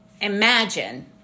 imagine